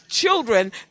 Children